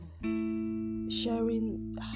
sharing